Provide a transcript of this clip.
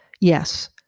Yes